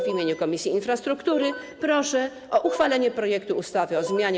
W imieniu Komisji Infrastruktury proszę o uchwalenie projektu ustawy o zmianie